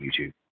YouTube